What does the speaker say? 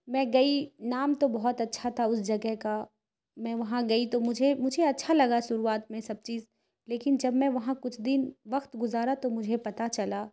میں گئی نام تو بہت اچھا تھا اس جگہ کا میں وہاں گئی تو مجھے مجھے اچھا لگا شروعات میں سب چیز لیکن جب میں وہاں کچھ دن وقت گزارا تو مجھے پتہ چلا